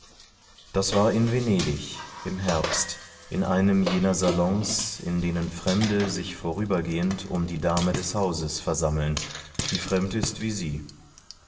das war in venedig im herbst in einem jener salons in denen fremde sich vorübergehend um die dame des hauses versammeln die fremd ist wie sie